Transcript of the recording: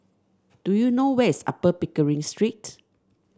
do you know where's Upper Pickering Street